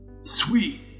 Sweet